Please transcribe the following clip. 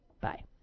bye